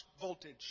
voltage